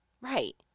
Right